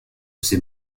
ces